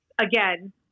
again